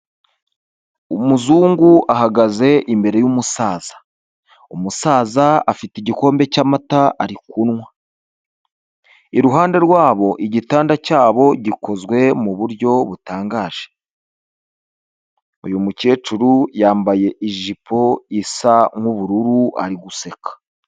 Umuzungu ahagaze imbere y'umusaza, umusaza afite igikombe cy'amata ari kunywa, iruhande rwabo igitanda cyabo, gizwe mu buryo butangaje, uyu mukecuru yambaye ijipo isa nk'ubururu ari guseka.